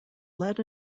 led